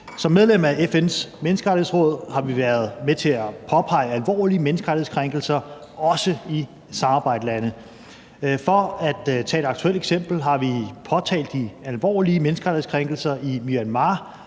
Som medlem af FN's Menneskerettighedsråd har vi været med til at påpege alvorlige menneskerettighedskrænkelser, også i samarbejdslande. For at tage et aktuelt eksempel har vi påtalt de alvorlige menneskerettighedskrænkelser i Myanmar